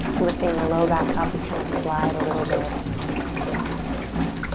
lifting the low back up. you kind of slide a little bit on your spine on the ground.